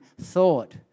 thought